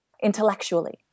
intellectually